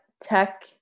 tech